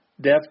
Death